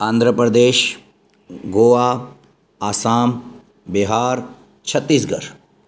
Andhra Pradesh Goa Assam Bihar Chhattisgarh